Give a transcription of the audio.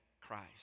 Christ